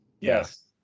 Yes